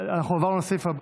אנחנו עברנו לסעיף הבא,